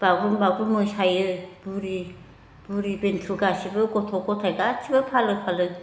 बागुरुम बगुरुम मोसायो बुरि बुरि बेन्थ' गासैबो गथ' गथाय गासैबो फालो फालो